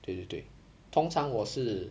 对对对通常我是